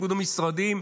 תפקוד המשרדים,